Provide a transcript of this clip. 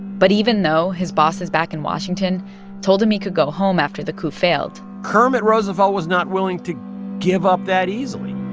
but even though his bosses back in washington told him he could go home after the coup failed. kermit roosevelt was not willing to give up that easily.